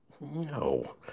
no